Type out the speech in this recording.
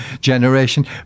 generation